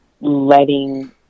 letting